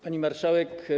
Pani Marszałek!